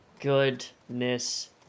Goodness